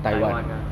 taiwan ah